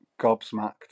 gobsmacked